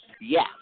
Yes